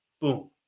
Boom